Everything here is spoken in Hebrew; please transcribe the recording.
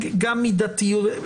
גם מידתיות,